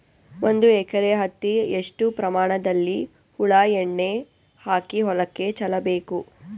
ಒಂದು ಎಕರೆ ಹತ್ತಿ ಎಷ್ಟು ಪ್ರಮಾಣದಲ್ಲಿ ಹುಳ ಎಣ್ಣೆ ಹಾಕಿ ಹೊಲಕ್ಕೆ ಚಲಬೇಕು?